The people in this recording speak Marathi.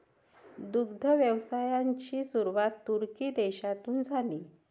दुग्ध व्यवसायाची सुरुवात तुर्की देशातून झाली